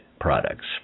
products